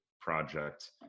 project